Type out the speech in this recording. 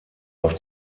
auf